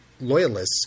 loyalists